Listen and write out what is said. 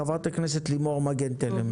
בבקשה, חברת הכנסת לימור מגן תלם.